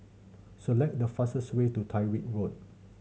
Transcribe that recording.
select the fastest way to Tyrwhitt Road